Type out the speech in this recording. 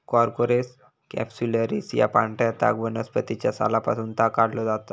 Corchorus capsularis या पांढऱ्या ताग वनस्पतीच्या सालापासून ताग काढलो जाता